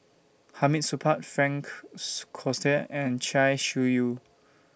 Hamid Supaat Frank's and Chia Shi Lu